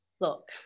Look